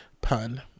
pun